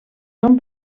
són